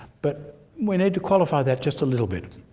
but we need to qualify that just a little bit.